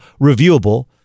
reviewable